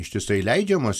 ištisai leidžiamos